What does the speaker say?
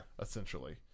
Essentially